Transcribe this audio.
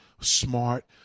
smart